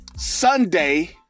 Sunday